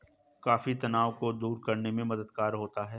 coffee तनाव को दूर करने में मददगार होता है